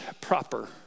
proper